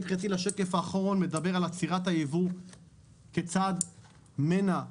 בשקף האחרון אני מדבר על עצירת היבוא כצעד מנע מיידי,